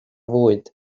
fwyd